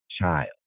child